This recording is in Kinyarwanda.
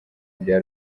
bya